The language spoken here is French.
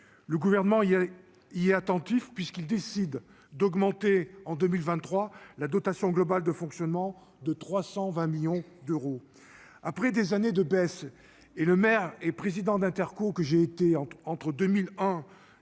le gouvernement il y a, il est attentif puisqu'il décide d'augmenter en 2023 la dotation globale de fonctionnement de 320 millions d'euros après des années de baisse, et le maire et président d'interco que j'ai été entre 2001 et